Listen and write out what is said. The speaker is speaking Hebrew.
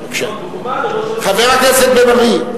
חבר הכנסת בן-ארי.